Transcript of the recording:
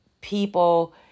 people